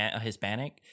Hispanic